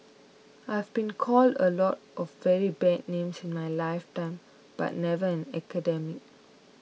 I've been called a lot of very bad names in my lifetime but never an academic